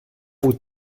vous